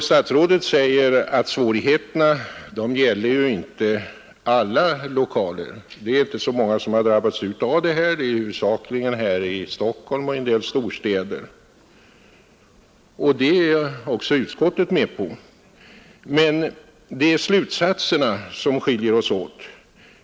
Statsrådet säger att svårigheterna ju inte gäller alla lokaler, att det inte är så många som har drabbats — det gäller huvudsakligen här i Stockholm och i en del andra storstäder. Detta är också utskottet med på, men det är slutsatserna som skiljer oss åt.